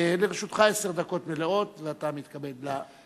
לרשותך עשר דקות מלאות ואתה מתכבד להתחיל.